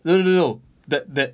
no no no no that that